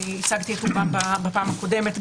אני הצגתי אות רובן בפעם הקודמת.